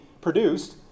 produced